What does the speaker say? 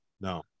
No